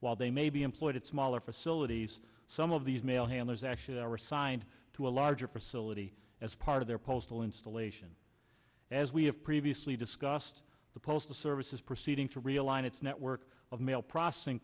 while they may be employed at smaller facilities some of these mail handlers actually are assigned to a larger facility as part of their postal installation as we have previously discussed the postal service is proceeding to realign its network of mail processing